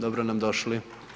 Dobro nam došli.